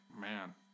Man